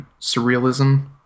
surrealism